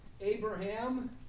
Abraham